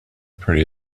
pretty